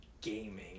gaming